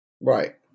Right